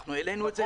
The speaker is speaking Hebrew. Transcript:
אנחנו העלינו את זה.